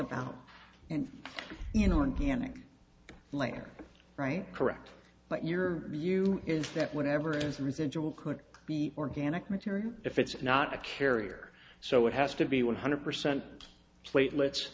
about and you know organic layer right correct but your view is that whatever turns a residual could be organic material if it's not a carrier so it has to be one hundred percent platelets